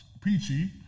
peachy